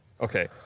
Okay